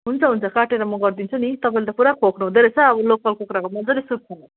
हुन्छ हुन्छ काटेर म गरिदिन्छु नि तपाईँले त पुरा खोक्नु हुँदै रहेछ अब लोकल कुखुराको मज्जाले सुप खानुहोस्